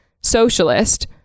socialist